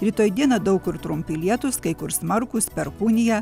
rytoj dieną daug kur trumpi lietūs kai kur smarkūs perkūnija